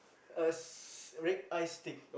uh s~ rib eye steak